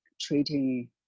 treating